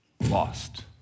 lost